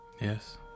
Yes